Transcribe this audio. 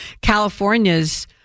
California's